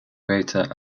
greater